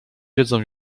wiedzą